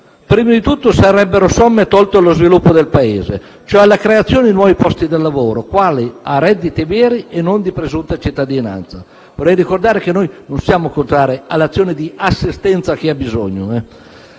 Prima di tutto sarebbero somme tolte allo sviluppo del Paese, cioè alla creazione di nuovi posti di lavoro, quindi a redditi veri e non di presunta cittadinanza. (vorrei ricordare che noi non siamo contrari all'azione di assistenza a chi ha bisogno).